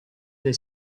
del